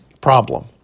problem